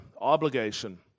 obligation